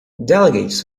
delegates